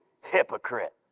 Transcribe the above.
hypocrite